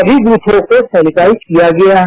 सभी ब्रथों को सेनिटाइज किया गया है